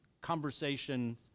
conversation